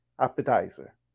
appetizer